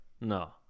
No